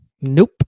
Nope